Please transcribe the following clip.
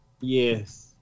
Yes